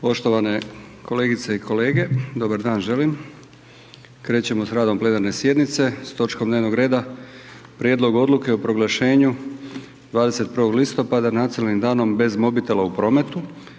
Poštovane kolegice i kolege, dobar dan želim. Krećemo s radom plenarne sjednice s točkom dnevnog reda: - Prijedlog odluke o proglašenju 21. listopada "Nacionalnim danom bez mobitela u prometu".